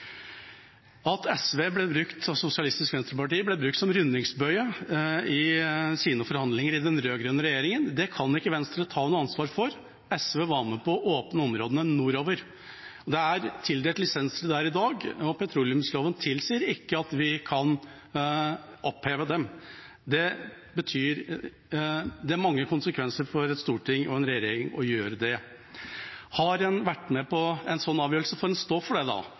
At Sosialistisk Venstreparti ble brukt som rundingsbøye i forhandlingene i den rød-grønne regjeringa, kan ikke Venstre ta noe ansvar for. SV var med på å åpne områdene nordover. Det er tildelt lisenser der i dag, og petroleumsloven tilsier ikke at vi kan oppheve dem. Det er mange konsekvenser for et storting og en regjering å gjøre det. Har en vært med på en sånn avgjørelse, får en